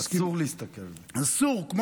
אסור להסתכל על זה כך.